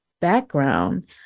background